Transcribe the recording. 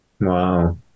Wow